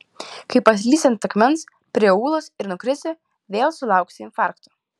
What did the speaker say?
kai paslysi ant akmens prie ūlos ir nukrisi vėl sulauksi infarkto